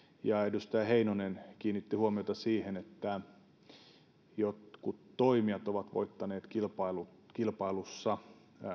ja edustaja heinonen kiinnitti huomiota siihen että jotkut toimijat ovat voittaneet kilpailussa kilpailussa